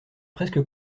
presque